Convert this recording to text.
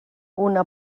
una